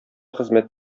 хезмәт